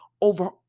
over